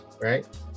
right